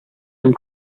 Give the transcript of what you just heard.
from